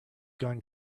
gone